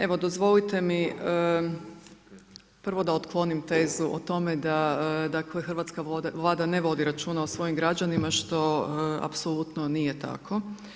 Evo, dozvolite mi prvo da otklonim tezu o tome da hrvatska Vlada ne vodi računa o svojim građanima što apsolutno nije tako.